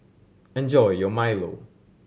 enjoy your milo